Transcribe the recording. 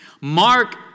Mark